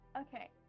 Okay